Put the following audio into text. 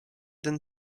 then